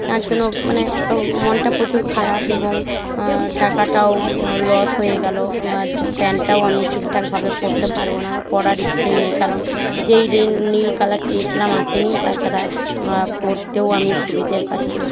আর যেন মানে মনটা প্রচুর খারাপ এবং টাকাটাও লস হয়ে গেল প্যান্টটাও আমি ঠিকঠাকভাবে পরতে পারব না পরার ইচ্ছেই নেই কারণ যেই নীল কালার চেয়েছিলাম আসেনি তাছাড়া পরতেও আমি সুবিধের পাচ্ছি না